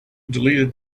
deleted